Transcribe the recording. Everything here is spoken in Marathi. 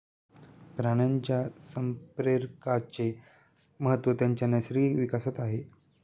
प्राण्यांच्या संप्रेरकांचे महत्त्व त्यांच्या नैसर्गिक विकासात आहे